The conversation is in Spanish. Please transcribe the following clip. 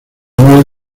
manuel